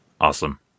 Awesome